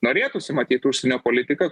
norėtųsi matyt užsienio politiką